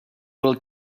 will